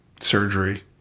surgery